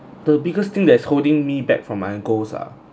the biggest thing that's holding me back from my goals ah